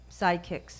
sidekicks